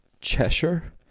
Cheshire